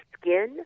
skin